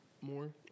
more